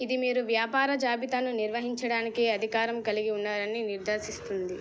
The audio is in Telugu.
ఇది మీరు వ్యాపార జాబితాను నిర్వహించడానికి అధికారం కలిగి ఉన్నారని నిర్దేశిస్తుంది